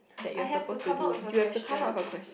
I have to come out with a question